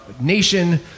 nation